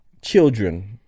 children